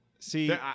See